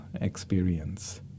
experience